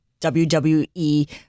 WWE